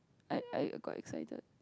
I I got excited